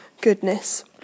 goodness